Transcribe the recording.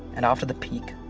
and after the peak,